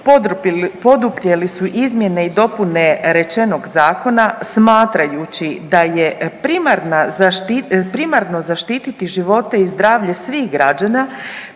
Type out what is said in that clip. poduprijeli su izmjene i dopune rečenog zakona smatrajući da je primarno zaštititi živote i zdravlje svih građana,